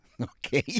Okay